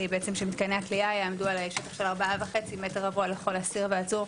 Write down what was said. שמתקני הכליאה יעמדו על שטח של 4.5 מטר רבוע לכל אסיר ועצור,